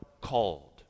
called